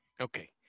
Okay